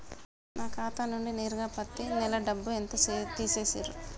నా ఖాతా నుండి నేరుగా పత్తి నెల డబ్బు ఎంత తీసేశిర్రు?